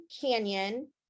Canyon